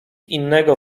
innego